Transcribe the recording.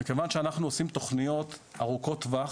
מכיוון שאנחנו עושים תוכניות ארוכות טווח.